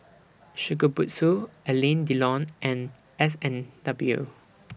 Shokubutsu Alain Delon and S and W